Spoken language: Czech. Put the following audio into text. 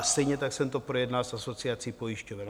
Stejně tak jsem to projednal s asociací pojišťoven.